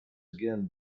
again